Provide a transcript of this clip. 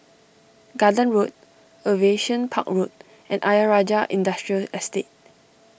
Garden Road Aviation Park Road and Ayer Rajah Industrial Estate